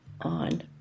on